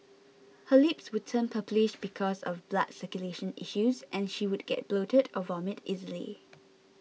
her lips would turn purplish because of blood circulation issues and she would get bloated or vomit easily